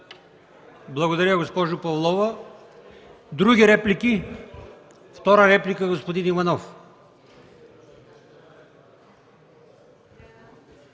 Благодаря, госпожо Павлова. Други реплики? Втора реплика – господин Иванов.